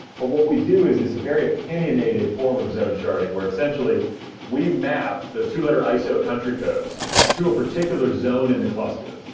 but what we do is this very opinionated form of zone sharding where essentially we map those two letter iso country codes to a particular zone in the cluster,